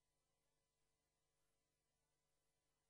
וכל